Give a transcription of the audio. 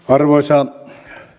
arvoisa